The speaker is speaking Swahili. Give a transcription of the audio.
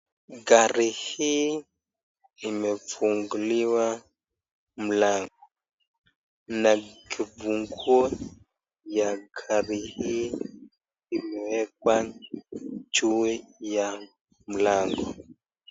Gari hii imefunguliwa mlango na kifunguo ya gari hii imewekwa juu ya mlango.